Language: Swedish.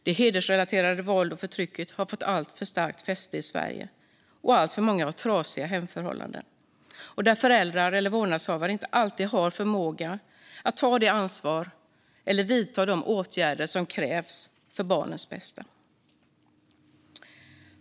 Det hedersrelaterade våldet och förtrycket har fått alltför starkt fäste i Sverige. Alltför många har trasiga hemförhållanden. Föräldrar och vårdnadshavare har inte alltid förmåga att ta det ansvar eller vidta de åtgärder som krävs för barnens bästa.